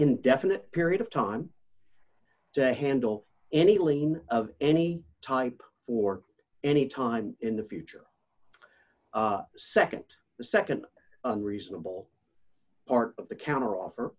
indefinite period of time to handle any lien of any type for any time in the future second the nd unreasonable part of the counteroffer